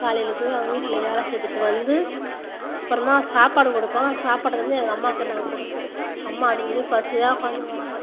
காலையில் போய் அவங்க வீட்டில் வேலை செய்துவிட்டு வந்து அப்புறமா சாப்பாடு கொடுப்போம் சாப்பாடு வந்து எங்கள் அம்மாவுக்கு நாங்கள் கொடுப்போம் அம்மா அதுக்குனே பசியாக உட்காந்துக் கிடக்கும்